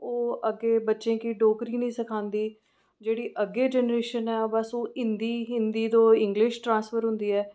ओह् अग्गें बच्चें गी डोगरी निं सखांदी जेह्ड़ी अग्गें जैनरेशन ऐ बस ओह् हिंदी तों इंगलिश ट्रांसफर होंदी ऐ